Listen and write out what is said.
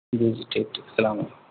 جی جی ٹھیک ٹھیک السّلام علیکم